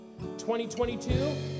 2022